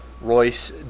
Royce